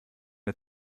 der